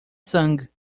sangue